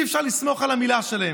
שאי-אפשר לסמוך על המילה שלהם.